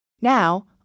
Now